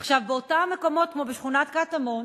עכשיו, באותם מקומות, כמו בשכונת קטמון,